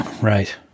Right